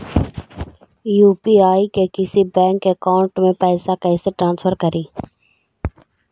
UPI से किसी के बैंक अकाउंट में पैसा कैसे ट्रांसफर करी?